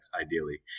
ideally